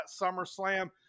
SummerSlam